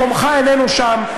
מקומך איננו שם,